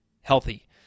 healthy